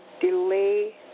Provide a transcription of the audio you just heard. delay